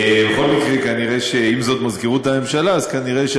אולי השר דרעי.